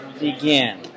Begin